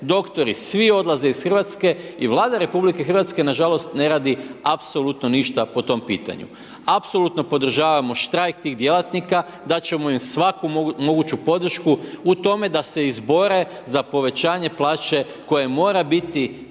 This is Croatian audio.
doktori, svi odlaze iz Hrvatske i Vlada RH nažalost ne radi apsolutno ništa po tom pitanju. Apsolutno podržavamo štrajk tih djelatnika, dati ćemo im svaku moguću podršku u tome da se izbore za povećanje plaće koje mora biti